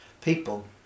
people